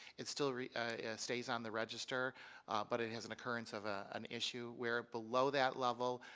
it still stays on the register but it has an occurrence of ah an issue where below that level,